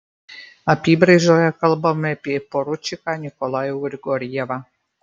apybraižoje kalbama apie poručiką nikolajų grigorjevą